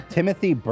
Timothy